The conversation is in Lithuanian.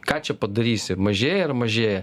ką čia padarysi mažėja ir mažėja